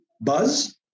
buzz